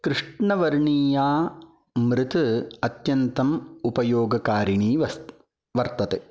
कृष्णवर्णीया मृत् अत्यन्तम् उपयोगकारिणी अस्त् वर्तते